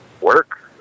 work